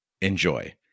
enjoy